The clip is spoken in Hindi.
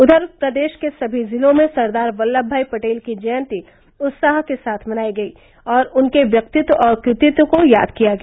उधर प्रदेश के सभी जिलों में सरदार वल्लभभाई पटेल की जयंती उत्साह के साथ मनायी गयी और उनके व्यक्तित्व और कृतित्व को याद किया गया